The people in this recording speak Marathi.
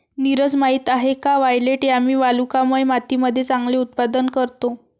नीरज माहित आहे का वायलेट यामी वालुकामय मातीमध्ये चांगले उत्पादन करतो?